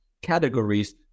categories